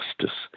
justice